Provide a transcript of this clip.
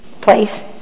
place